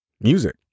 music